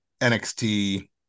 NXT